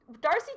Darcy